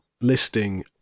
Listing